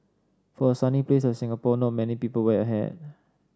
for a sunny place like Singapore not many people wear a hat